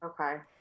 Okay